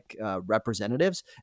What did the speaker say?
representatives